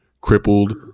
crippled